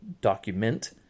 document